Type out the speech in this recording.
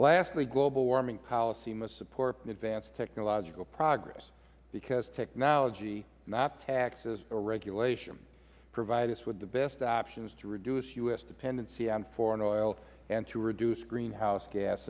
india global warming policy must support advanced technological progress because technology not taxes or regulation provide us with the best options to reduce u s dependency on foreign oil and to reduce greenhouse gas